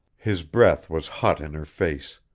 his breath was hot in her face,